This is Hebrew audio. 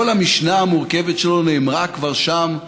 כל המשנה המורכבת שלו, נאמרה כבר שם,